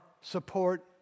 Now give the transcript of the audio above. support